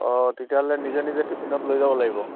অঁ তেতিয়াহ'লে নিজে নিজে টিফিনত লৈ যাব লাগিব